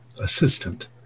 assistant